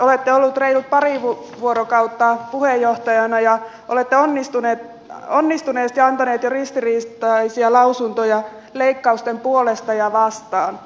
olette ollut reilut pari vuorokautta puheenjohtajana ja olette onnistuneesti antanut jo ristiriitaisia lausuntoja leikkausten puolesta ja niitä vastaan